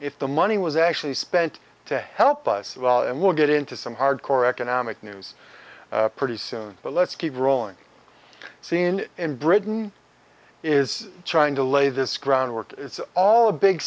if the money was actually spent to help us and we'll get into some hardcore economic news pretty soon but let's keep rolling scene in britain is trying to lay this groundwork it's all a big